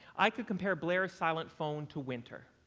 i could compare blair's silent phone to winter.